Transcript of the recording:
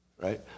right